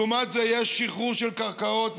ולעומת זה יש שחרור של קרקעות,